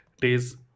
days